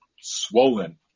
swollen